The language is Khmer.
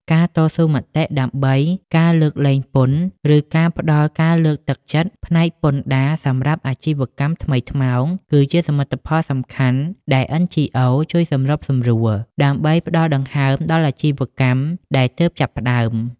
ការតស៊ូមតិដើម្បីការលើកលែងពន្ធ ឬការផ្ដល់ការលើកទឹកចិត្តផ្នែកពន្ធដារសម្រាប់ អាជីវកម្មថ្មីថ្មោង គឺជាសមិទ្ធផលសំខាន់ដែល NGOs ជួយសម្របសម្រួល ដើម្បីផ្ដល់ដង្ហើមដល់អាជីវកម្មដែលទើបចាប់ផ្ដើម។